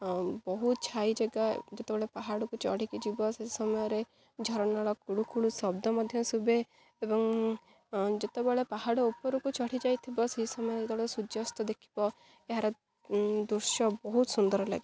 ବହୁତ ଛାଇ ଜାଗା ଯେତେବେଳେ ପାହାଡ଼କୁ ଚଢ଼ିକି ଯିବ ସେ ସମୟରେ ଝରଣାାଳ କୁଳୁକୁଳୁ ଶବ୍ଦ ମଧ୍ୟ ଶଭେ ଏବଂ ଯେତେବେଳେ ପାହାଡ଼ ଉପରକୁ ଚଢ଼ିଯାଇଥିବ ସେହି ସମୟରେ ଯେତେଳେ ସୂର୍ଯ୍ୟାସ୍ତ ଦେଖିବ ଏହାର ଦୃଶ୍ୟ ବହୁତ ସୁନ୍ଦର ଲାଗେ